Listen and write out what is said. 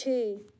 ਛੇ